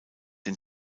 den